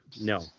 No